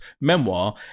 memoir